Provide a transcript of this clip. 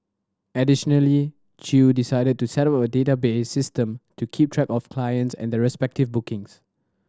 additionally Chew decided to settle a database system to keep track of clients and their respective bookings